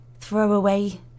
throwaway